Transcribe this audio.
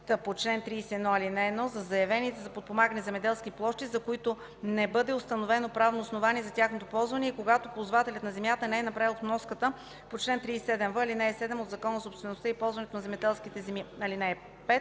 по чл. 31, ал. 1 за заявените за подпомагане земеделски площи, за които не бъде установено правно основание за тяхното ползване и когато ползвателят на земята не е направил вноската по чл. 37в, ал. 7 от Закона за собствеността и ползуването на земеделските земи. (5)